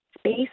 Space